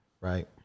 Right